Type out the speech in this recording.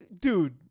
dude